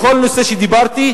בכל נושא שדיברתי,